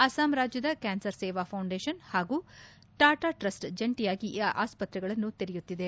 ಅಸ್ಸಾಂ ರಾಜ್ಯದ cancer Seva foundation ಪಾಗೂ Tata trust ಜಂಟಿಯಾಗಿ ಈ ಆಸ್ಪತ್ರೆಗಳನ್ನು ತೆರೆಯುತ್ತಿದೆ